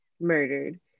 murdered